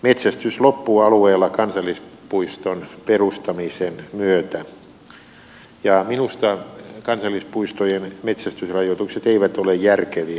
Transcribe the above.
metsästys loppuu alueella kansallispuiston perustamisen myötä ja minusta kansallispuistojen metsästysrajoitukset eivät ole järkeviä